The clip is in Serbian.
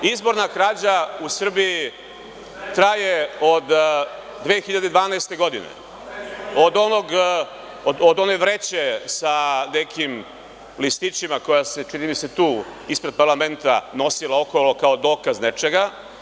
Izborna krađa u Srbiji traje od 2012. godine, od one vreće sa nekim listićima koja se tu ispred parlamenta nosila okolo kao dokaz nečega.